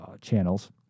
channels